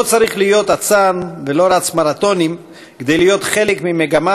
לא צריך להיות אצן ולא רץ מרתונים כדי להיות חלק ממגמה